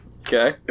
Okay